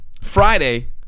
Friday